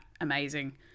amazing